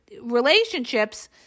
relationships